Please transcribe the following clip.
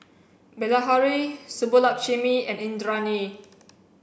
Bilahari Subbulakshmi and Indranee